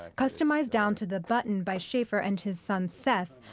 customized down to the button by schafer and his son seth,